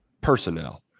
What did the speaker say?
PERSONNEL